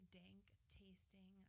dank-tasting